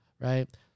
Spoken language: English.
right